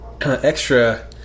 extra